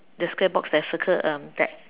the square box that is circled um Ted